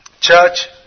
Church